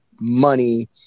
money